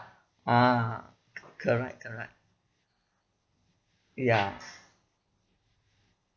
ah co~ correct correct ya